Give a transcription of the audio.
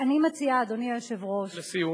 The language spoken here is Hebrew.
אני מציעה, אדוני היושב-ראש, לסיום.